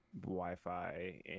Wi-Fi